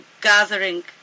gathering